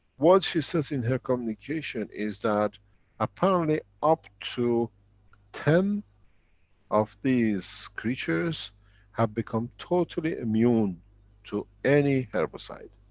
what she says in her communication is that apparently up to ten of these creatures have become totally immune to any herbicide.